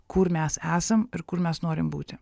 kur mes esam ir kur mes norim būti